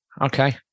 Okay